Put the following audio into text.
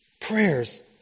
prayers